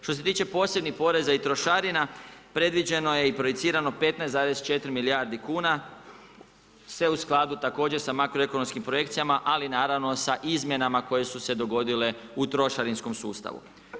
Što se tiče posebnih poreza i trošarina predviđeno je i projicirano 15,4 milijardi kuna, sve u skladu također sa makroekonomskim projekcijama, ali sa izmjenama koje su se dogodile u trošarinskom sustavu.